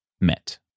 met